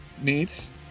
meats